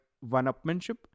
one-upmanship